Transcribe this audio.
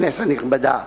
כנסת נכבדה,